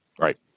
Right